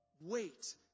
Wait